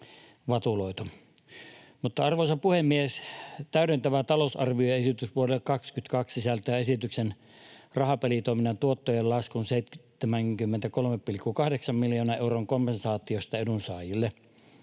Arvoisa puhemies! Täydentävä talousarvioesitys vuodelle 22 sisältää esityksen rahapelitoiminnan tuottojen laskun 73,8 miljoonan euron kompensaatiosta edunsaajille.